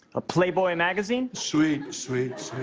ah playboy and magazine. sweet, sweet,